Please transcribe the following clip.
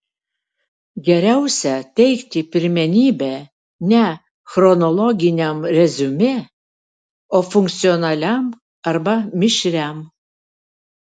geriausia teikti pirmenybę ne chronologiniam reziumė o funkcionaliam arba mišriam